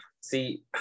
see